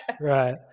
Right